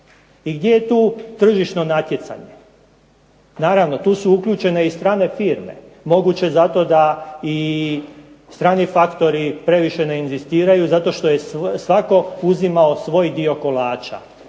I gdje je tu tržišno natjecanje? Naravno, tu su uključene i strane firme, moguće zato da i strani faktori previše ne inzistiraju zato što je svatko uzimao svoj dio kolača.